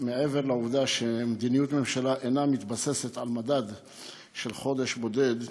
מעבר לעובדה שמדיניות הממשלה אינה מתבססת על מדד של חודש בודד,